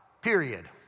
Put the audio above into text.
period